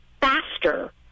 faster